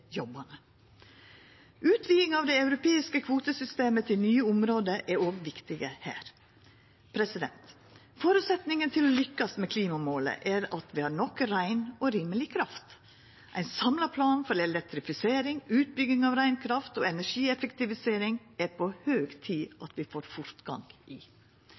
Utviding av det europeiske kvotesystemet til nye område er òg viktig her. Føresetnaden for å lukkast med klimamåla er at vi har nok rein og rimeleg kraft. Ein samla plan for elektrifisering, utbygging av rein kraft og energieffektivisering er det på høg tid at vi får fortgang i.